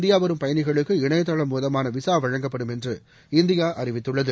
India வரும் பயணிகளுக்கு இணையதளம் மூலமான விசா வழங்கப்படும் என்று இந்தியா அறிவித்துள்ளது